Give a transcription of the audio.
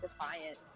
defiant